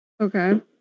Okay